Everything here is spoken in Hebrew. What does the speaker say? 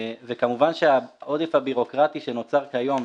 כמובן העודף הביורוקרטי שנוצר כיום,